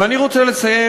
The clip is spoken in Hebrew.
ואני רוצה לסיים,